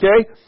Okay